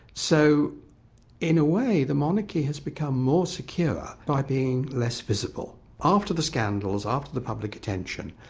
so in a way, the monarchy has become more secure by being less visible. after the scandals, after the public attention,